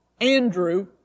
Andrew